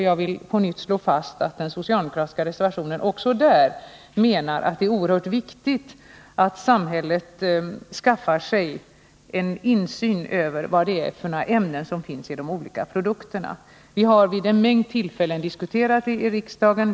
Jag vill på nytt slå fast att vi socialdemokratiska reservanter också där menar att det är oerhört viktigt att samhället skaffar sig insyn i vad det är för ämnen som finns i de olika produkterna. Vi har vid en mängd tillfällen diskuterat det i riksdagen.